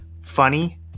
Funny